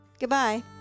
Goodbye